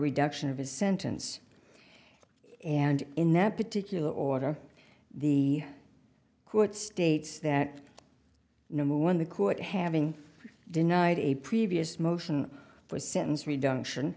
reduction of his sentence and in that particular order the court states that no one the court having denied a previous motion for sentence reduction